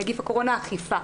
(נגיף הקורונה החדש אכיפה),